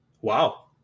Wow